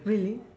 really